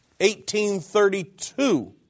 1832